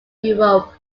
europe